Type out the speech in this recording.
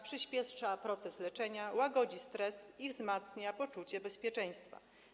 Przyspiesza proces leczenia, łagodzi stres i wzmacnia poczucie bezpieczeństwa.